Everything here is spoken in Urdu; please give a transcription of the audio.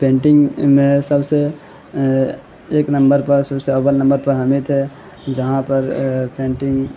پینٹںگ میں سب سے ایک نمبر پر سب سے اول نمبر پر ہمیں تھے جہاں پر پینٹنگ